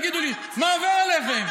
מה עובר עליכם?